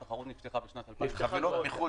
התחרות נפתחה בשנת --- חבילות מחו"ל